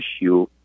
issue